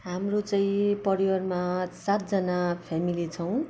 हाम्रो चाहिँ परिवारमा सातजना फ्यामिली छौँ